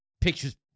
picture's